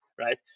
right